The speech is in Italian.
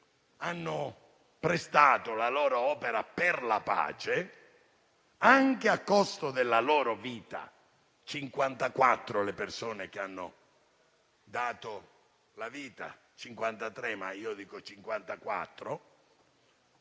hanno prestato la loro opera per la pace, anche a costo della loro vita. Le persone che hanno dato la vita sono 53, ma io dico 54